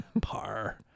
Par